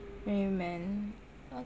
ra~ man